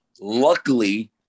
Luckily